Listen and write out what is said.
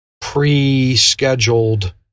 pre-scheduled